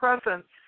presence